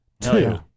two